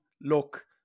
look